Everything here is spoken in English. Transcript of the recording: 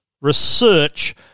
research